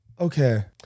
okay